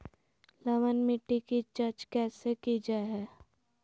लवन मिट्टी की जच कैसे की जय है?